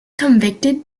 convicted